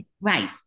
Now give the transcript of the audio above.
Right